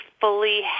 fully